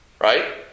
right